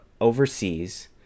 overseas